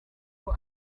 kuko